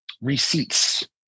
receipts